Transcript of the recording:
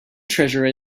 treasure